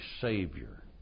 Savior